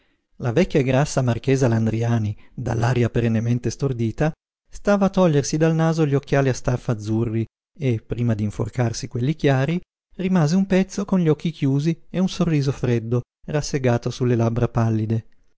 la vecchia e grassa marchesa landriani dall'aria perennemente stordita stava a togliersi dal naso gli occhiali a staffa azzurri e prima d'inforcarsi quelli chiari rimase un pezzo con gli occhi chiusi e un sorriso freddo rassegato sulle labbra pallide